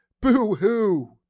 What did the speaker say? Boo-hoo